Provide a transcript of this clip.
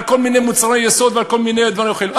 כל מיני מוצרי יסוד ועל כל מיני דברים אחרים.